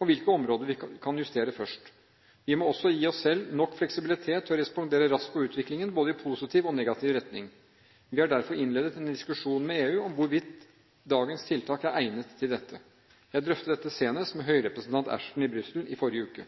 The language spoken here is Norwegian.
og hvilke områder vi kan justere først. Vi må også gi oss selv nok fleksibilitet til å respondere raskt på utviklingen, både i positiv og negativ retning. Vi har derfor innledet en diskusjon med EU om hvorvidt dagens tiltak er egnet til dette. Jeg drøftet dette senest med høyrepresentant Ashton i Brussel i forrige uke.